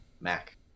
mac